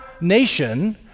nation